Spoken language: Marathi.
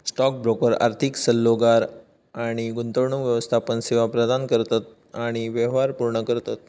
स्टॉक ब्रोकर आर्थिक सल्लोगार आणि गुंतवणूक व्यवस्थापन सेवा प्रदान करतत आणि व्यवहार पूर्ण करतत